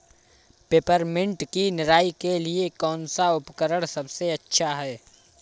Peppermint की निराई के लिए कौन सा उपकरण सबसे अच्छा है?